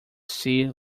sea